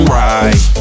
right